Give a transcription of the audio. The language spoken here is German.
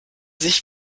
sich